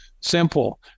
simple